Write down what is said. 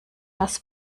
das